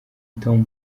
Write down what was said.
tom